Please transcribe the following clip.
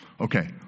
Okay